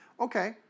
Okay